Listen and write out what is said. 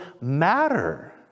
matter